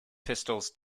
pistols